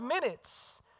minutes